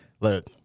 look